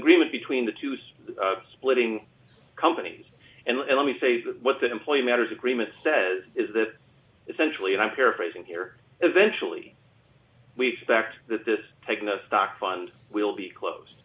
agreement between the two so splitting companies and let me say that what the employee matters agreement says is that essentially and i'm paraphrasing here eventually we expect that this taking the stock fund will be closed